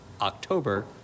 October